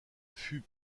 fut